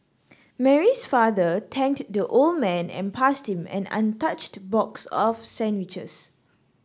Mary's father thanked the old man and passed him an untouched box of sandwiches